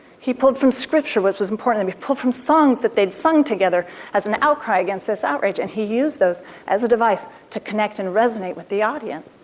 he pulled from scriptures, which is important. he pulled from songs that they'd sung together as an outcry against this outrage, and he used those as a device to connect and resonate with the audience.